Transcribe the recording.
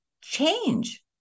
change